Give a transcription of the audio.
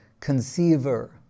conceiver